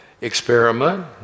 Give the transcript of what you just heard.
experiment